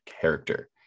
character